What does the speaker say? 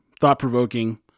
thought-provoking